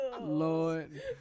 Lord